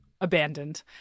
abandoned